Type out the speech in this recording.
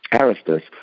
Aristus